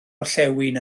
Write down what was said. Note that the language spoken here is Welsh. orllewin